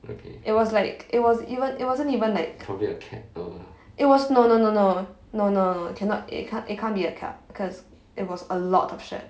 it was like it was even it wasn't even like it was no no no no no no cannot it can't it can't be a cat because it was a lot of shit